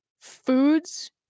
Foods